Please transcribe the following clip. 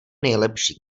nejlepší